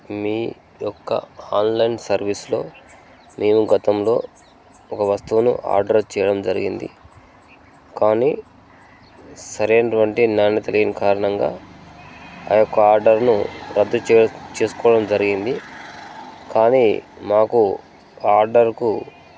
మీ యొక్క ఆన్లైన్ సర్వీస్లో మేము గతంలో ఒక వస్తువును ఆర్డర్ చేయడం జరిగింది కానీ సరైనటువంటి నాణ్యత లేని కారణంగా ఆ యొక్క ఆర్డర్ను రద్దు చేసు చేసుకోవడం జరిగింది కానీ మాకు ఆర్డర్కు